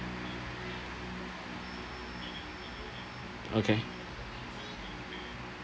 okay